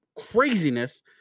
craziness